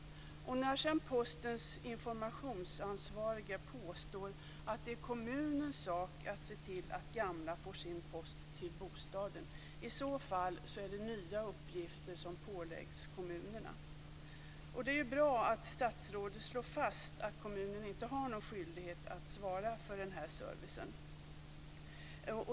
Postens informationsansvariga påstår sedan att det är kommunens sak att se till att gamla får sin post till bostaden. I så fall läggs nya uppgifter på kommunerna. Det är bra att statsrådet slår fast att kommunen inte har någon skyldighet att svara för den servicen.